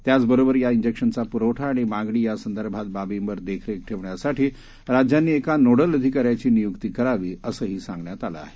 त्याचबरोबर या जिक्शनचा पुरवठा आणि मागणी यासंदर्भातल्या बाबींवर देखरेख ठेवण्यासाठी राज्यांनी एका नोडल अधिकाऱ्याची नियुक्ती करावी असंही सांगण्यात आलं आहे